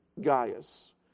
Gaius